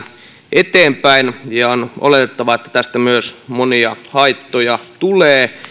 eteenpäin ja on oletettavaa että tästä myös monia haittoja tulee